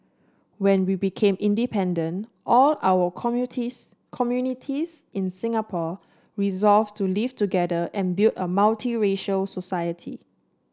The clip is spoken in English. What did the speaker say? when we became independent all our communities in Singapore resolve to live together and build a multiracial society